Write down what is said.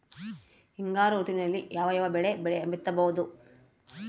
ಹಿಂಗಾರು ಋತುವಿನಲ್ಲಿ ಯಾವ ಯಾವ ಬೆಳೆ ಬಿತ್ತಬಹುದು?